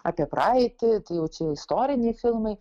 apie praeitį jau čia istoriniai filmai